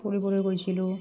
ফুৰিবলৈ গৈছিলোঁ